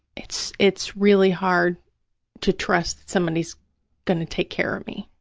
it's it's really hard to trust somebody's going to take care of me.